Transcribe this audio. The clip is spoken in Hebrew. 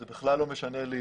זה בכלל לא משנה לי,